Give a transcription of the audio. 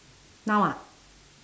now ah